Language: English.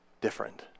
different